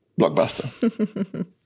Blockbuster